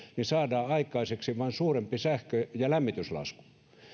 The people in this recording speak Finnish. saadaan aikaiseksi vain suurempi sähkö ja lämmityslasku